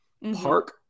park